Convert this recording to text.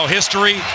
history